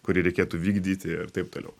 kurį reikėtų vykdyti ir taip toliau